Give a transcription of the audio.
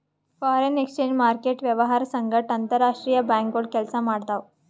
foreign exchange market ವ್ಯವಹಾರ್ ಸಂಗಟ್ ಅಂತರ್ ರಾಷ್ತ್ರೀಯ ಬ್ಯಾಂಕ್ಗೋಳು ಕೆಲ್ಸ ಮಾಡ್ತಾವ್